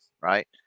right